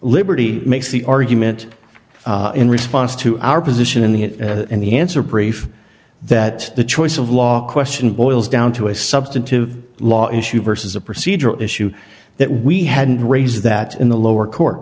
liberty makes the argument in response to our position in the in the answer brief that the choice of law question boils down to a substantive law issue versus a procedural issue that we had and raise that in the lower court